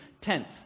tenth